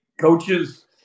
coaches